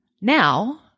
Now